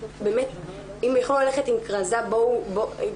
באמת אם יכלו ללכת עם כרזה ברחובות,